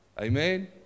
Amen